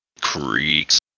creaks